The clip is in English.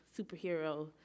superhero